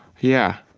yeah,